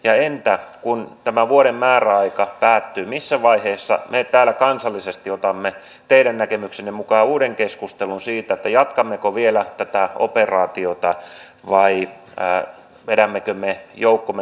ja entä kun tämä vuoden määräaika päättyy missä vaiheessa me täällä kansallisesti otamme teidän näkemyksenne mukaan uuden keskustelun siitä jatkammeko vielä tätä operaatiota vai vedämmekö me joukkomme kouluttajamme pois